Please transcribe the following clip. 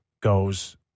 goes